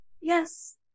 yes